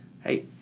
hey